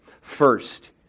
first